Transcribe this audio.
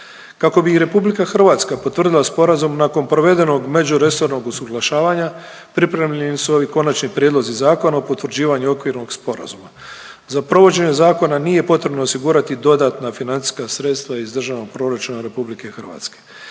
Kako bi i RH potvrdila sporazum nakon provedenog međuresornog usuglašavanja pripremljeni su ovi konačni prijedlozi zakona o potvrđivanju okvirnog sporazuma. Za provođenje zakona nije potrebno osigurati dodatna financijska sredstva iz Državnog proračuna RH. Nakon